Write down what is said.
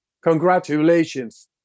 congratulations